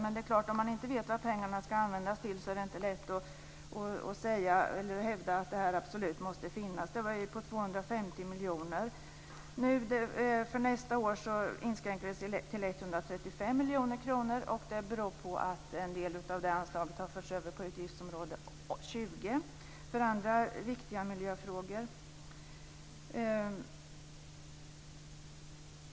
Men om man inte vet vad pengarna ska användas till är det inte lätt att hävda att bidraget absolut måste finnas. Det är på 250 miljoner. För nästa år inskränker det sig till 135 miljoner. Det beror på att en del av anslaget har förts över till utgiftsområde 20 för andra viktiga miljöfrågor.